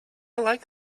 like